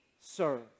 serve